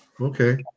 Okay